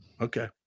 Okay